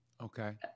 Okay